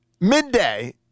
midday